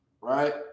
right